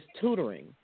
tutoring